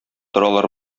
торалар